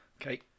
Okay